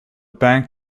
bank